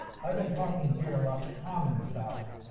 i've been talking here about common stock.